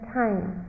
time